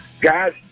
guys